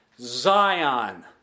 Zion